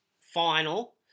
final